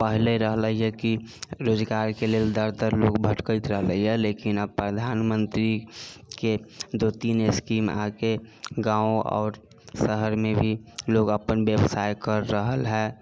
आ पहले रहले जेकि रोजगार के लेल दर दर लोग भटकैत रहले लेकिन अब प्रधानमंत्री के दू तीन स्कीम आके गाँव आओर शहर मे भी लोग अपन व्यवसाय कर रहल है